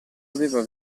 aveva